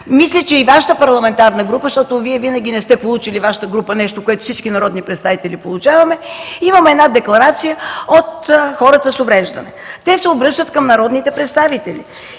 Мисля, че и Вашата парламентарна група, защото във Вашата група винаги не сте получили нещо, което всички народни представители получаваме, имаме една декларация от хората с увреждане. Те се обръщат към народните представители